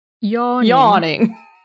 yawning